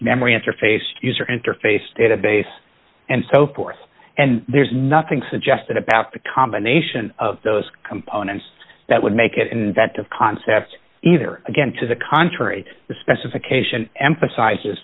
memory interface user interface database and so forth and there's nothing to suggest that about the combination of those components that would make it an inventive concept either again to the contrary the specification emphasizes